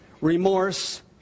remorse